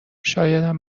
شایدم